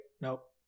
Nope